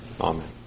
Amen